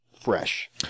fresh